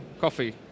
coffee